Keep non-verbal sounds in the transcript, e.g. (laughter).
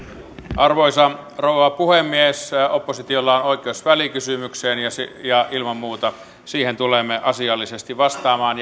arvoisa rouva puhemies oppositiolla on oikeus välikysymykseen ja ilman muuta siihen tulemme asiallisesti vastaamaan (unintelligible)